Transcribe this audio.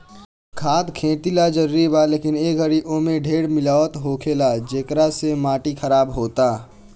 खाद खेती ला जरूरी बा, लेकिन ए घरी ओमे ढेर मिलावट होखेला, जेकरा से माटी खराब होता